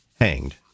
hanged